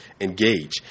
engage